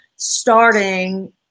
starting